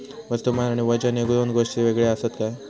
वस्तुमान आणि वजन हे दोन गोष्टी वेगळे आसत काय?